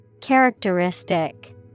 Characteristic